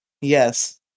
Yes